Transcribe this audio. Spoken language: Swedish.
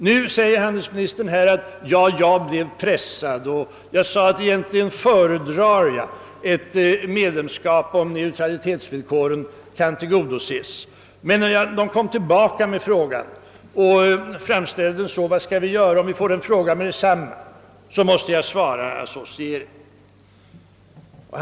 Nu säger handelsministern: Jag blev pressad — jag sade först att egentligen föredrar jag ett medlemskap, om neutralitetsvillkoren kan tillgodoses, men när man kom tillbaka med frågan och undrade vad Sverige skall göra, om vårt land genast får en förfrågan vad vi menar, så måste jag svara associering.